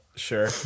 Sure